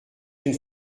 une